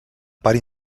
part